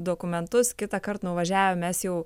dokumentus kitąkart nuvažiavę mes jau